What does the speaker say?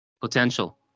potential